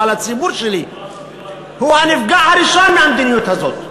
אבל הציבור שלי הוא הנפגע הראשון מהמדיניות הזאת.